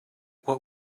what